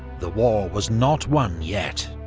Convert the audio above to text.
the war was not won yet,